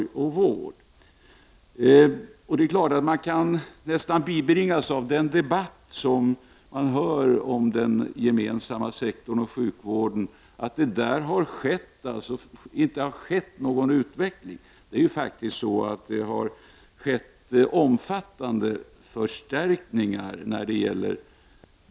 Man kan av den debatt som har förts om den gemensamma sektorn och sjukvården bibringas uppfattningen att det där inte har skett någon utveckling. Men faktiskt har omfattande förstärkningar gjorts.